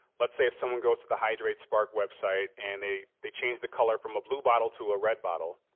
let's say, if someone goes to the hydrates spark website and they they change the color from a blue bottle to a red bottle.